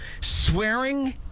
Swearing